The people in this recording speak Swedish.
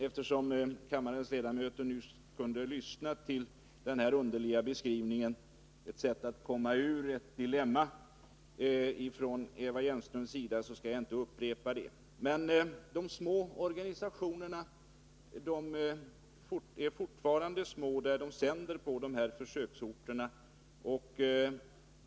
Eftersom kammarens ledamöter nu kunde lyssna till Eva Hjelmströms underliga beskrivning — ett sätt att komma ur ett dilemma — skall jag inte upprepa den. De små organisationerna är fortfarande små när de sänder på dessa försöksorter.